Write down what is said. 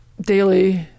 daily